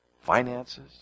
finances